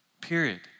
period